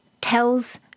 tells